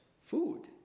food